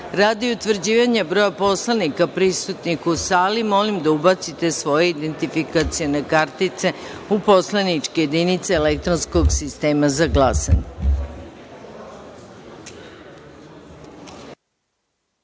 utvrđivanja broja narodnih poslanika prisutnih u sali, molim da ubacite svoje identifikacione kartice u poslaničke jedinice elektronskog sistema za